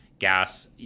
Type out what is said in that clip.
Gas